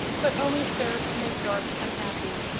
but only serve to make dorothy unhappy.